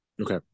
okay